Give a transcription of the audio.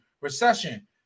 recession